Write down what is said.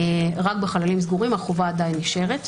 רק בחללים סגורים החובה עדיין נשארת.